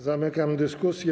Zamykam dyskusję.